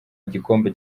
igikombe